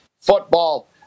football